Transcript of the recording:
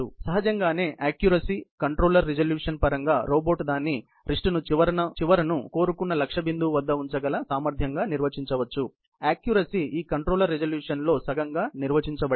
సహజంగానే accuracy control resolution పరంగా robot దాని మణికట్టు చివరను కోరుకున్న లక్ష్య బిందువు వద్ద ఉంచగల సామర్థ్యం గా నిర్వచించవచ్చు ఆక్క్యురసీ ఈ కంట్రోల్ రిజల్యూషన్ లో సగం గా నిర్వచించబడింది